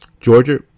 Georgia